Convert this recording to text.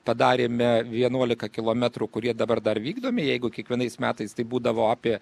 padarėme vienuolika kilometrų kurie dabar dar vykdomi jeigu kiekvienais metais tai būdavo apie